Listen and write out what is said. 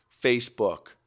Facebook